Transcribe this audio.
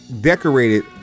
decorated